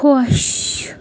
خۄش